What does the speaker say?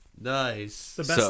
Nice